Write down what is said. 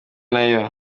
nayo